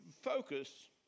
focus